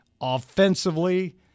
offensively